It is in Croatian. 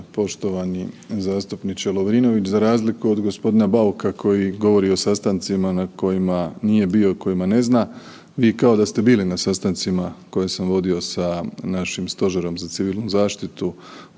poštovani zastupniče Lovrinović, za razliku od gospodina Bauka koji govori o sastancima na kojima nije bio i o kojima ne zna, vi kao ste bili na sastancima koje sam vodio sa našim stožerom za Civilnu zaštitu